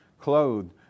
clothed